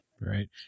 Right